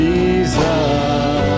Jesus